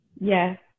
Yes